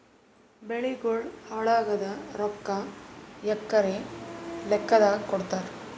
ಬೆಳಿಗೋಳ ಹಾಳಾಗಿದ ರೊಕ್ಕಾ ಎಕರ ಲೆಕ್ಕಾದಾಗ ಕೊಡುತ್ತಾರ?